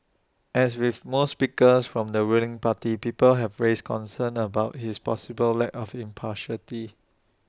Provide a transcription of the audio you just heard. as with most speakers from the ruling party people have raised concerns about his possible lack of impartiality